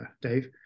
Dave